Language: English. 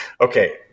okay